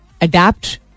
adapt